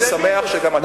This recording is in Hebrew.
אני שמח שגם אתה נמצא כאן,